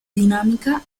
dinámica